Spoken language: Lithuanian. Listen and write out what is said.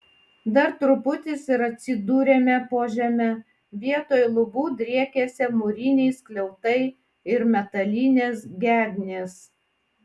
dar truputis ir atsidūrėme po žeme vietoj lubų driekėsi mūriniai skliautai ir metalinės gegnės